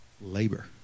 Labor